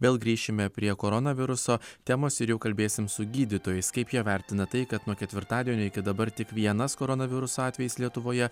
vėl grįšime prie koronaviruso temos ir jau kalbėsim su gydytojais kaip jie vertina tai kad nuo ketvirtadienio iki dabar tik vienas koronaviruso atvejis lietuvoje